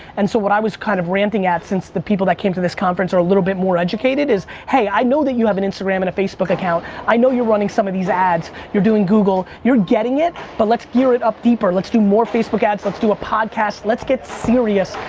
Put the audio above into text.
and so what i was kind of ranting at, since the people that came to this conference are a little bit more educated, is hey, i know that you have an instagram and a facebook account, i know you're running some of these ads, you're doing google, you're getting it, but let's gear it up deeper. let's do more facebook ads, let's do a podcast, let's get serious,